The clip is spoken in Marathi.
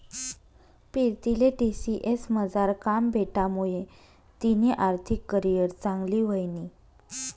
पीरतीले टी.सी.एस मझार काम भेटामुये तिनी आर्थिक करीयर चांगली व्हयनी